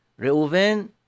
Reuven